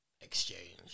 exchange